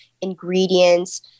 ingredients